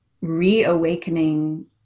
reawakening